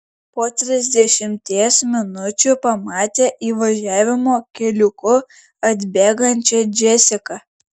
po trisdešimties minučių pamatė įvažiavimo keliuku atbėgančią džesiką